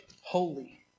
holy